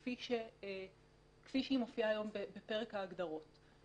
כפי שהיא מופיעה היום בפרק ההגדרות.